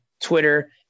Twitter